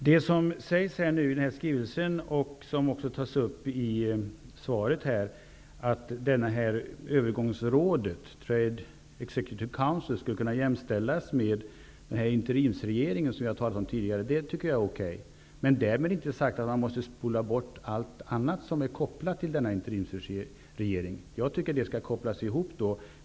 Det sägs i skrivelsen och även i svaret att övergångsrådet, Transition Executive Council, skulle kunna jämställas med den interimsregering som vi har talat om tidigare, och det tycker jag är okej. Men därmed är inte sagt att man måste bortse från allt det som är kopplat till denna interimsregering när det gäller vårt ställningstagande.